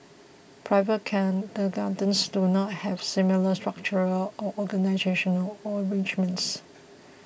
private kindergartens do not have similar structural or organisational arrangements